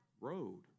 road